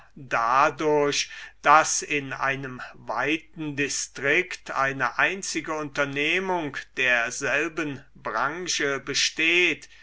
dadurch daß in einem weiten distrikt eine einzige unternehmung derselben branche besteht